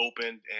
opened